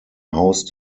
house